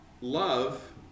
love